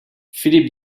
philippe